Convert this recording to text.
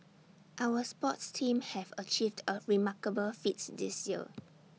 our sports teams have achieved A remarkable feats this year